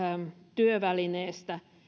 työvälineestä